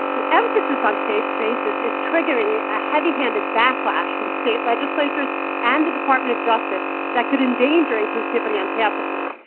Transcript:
the emphasis on safe spaces is triggering a ah heavy-handed backlash from state legislatures and the department of justice that could endanger inclusivity on campuses.